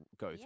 go